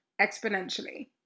exponentially